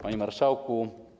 Panie Marszałku!